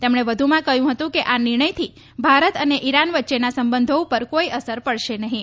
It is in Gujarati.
તેમણે વધુમાં કહ્યું હતું કે આ નિર્ણયથી ભારત અને ઈરાન વચ્ચેના સંબંધો પર કોઈ અસર પડશે નહીં